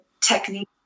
technique